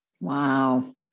Wow